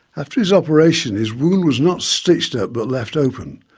after his operation his wound was not stitched up but left open.